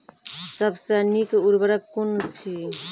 सबसे नीक उर्वरक कून अछि?